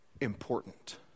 Important